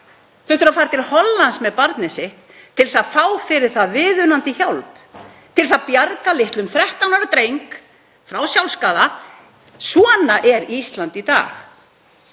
Þau þurfa að fara til Hollands með barnið sitt til þess að fá fyrir það viðunandi hjálp, til þess að bjarga litlum 13 ára dreng frá sjálfsskaða. Svona er Ísland í dag.